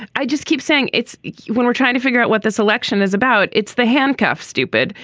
i just keep saying it's when we're trying to figure out what this election is about. it's the handcuff, stupid.